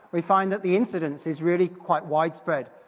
we find that the incidence is really quite wide spread.